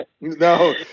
No